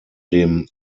dem